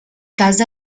casa